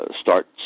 start